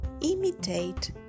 imitate